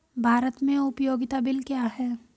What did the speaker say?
भारत में उपयोगिता बिल क्या हैं?